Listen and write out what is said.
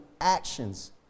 actions